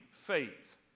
Faith